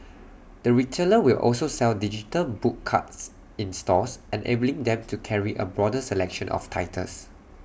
the retailer will also sell digital book cards in stores and enabling them to carry A broader selection of titles